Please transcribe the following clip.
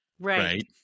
Right